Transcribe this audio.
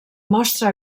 mostra